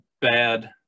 bad